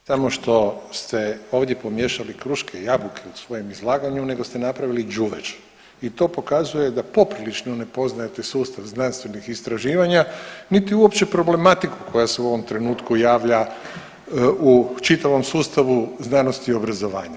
Vi samo što ste ovdje pomiješali kruške i jabuke u svojem izlaganju nego ste napravili đuveč i to pokazuje da poprilično ne poznajete sustav znanstvenih istraživanja niti uopće problematiku koja se u ovom trenutku javlja u čitavom sustavu znanosti i obrazovanja.